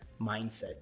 mindset